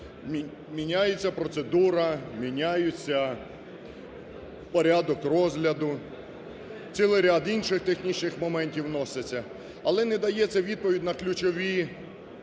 Міняється процедура, міняється порядок розгляду, цілий ряд інших технічних моментів вноситься, але не дається відповідь на ключові